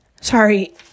sorry